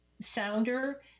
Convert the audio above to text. sounder